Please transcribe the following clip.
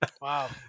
Wow